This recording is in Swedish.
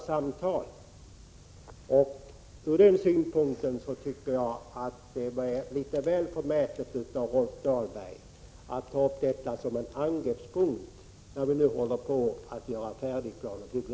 Jag tycker att det därför är litet väl förmätet av Rolf Dahlberg att ta upp detta som en angreppspunkt när vi nu håller på att äntligen fastställa PBL.